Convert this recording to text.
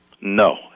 No